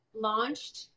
launched